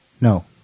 No